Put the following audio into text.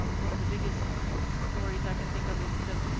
um one of the biggest stories i can think of is the